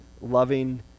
loving